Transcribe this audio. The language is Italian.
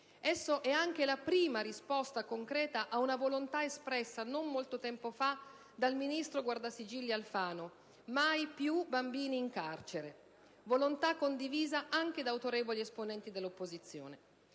Esso è anche la prima risposta concreta a una volontà espressa non molto tempo fa dal Ministro guardasigilli Alfano: «Mai più bambini in carcere». Si tratta di una volontà condivisa anche da autorevoli esponenti dell'opposizione.